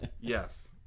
yes